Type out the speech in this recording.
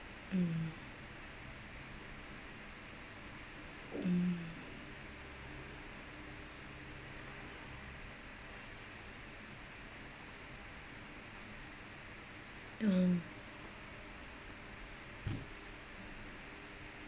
mm mm um